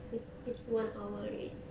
it's it's one hour already